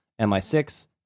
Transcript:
MI6